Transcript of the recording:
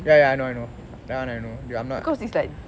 ya ya I know I know that one I know ya I'm not